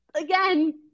again